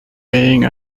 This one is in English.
paying